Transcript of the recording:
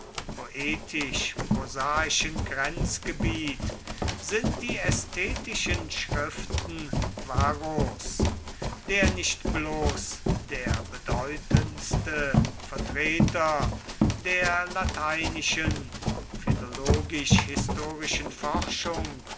poetisch prosaischen grenzgebiet sind die ästhetischen schriften varros der nicht bloß der bedeutendste vertreter der lateinischen philologisch historischen forschung